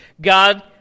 God